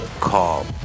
call